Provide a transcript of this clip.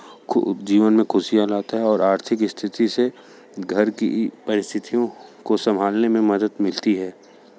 खूब जीवन में खुशियाँ लाता है और आर्थिक स्थिति से घर की परिस्थितियों को संभालने में मदद मिलती है